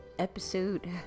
Episode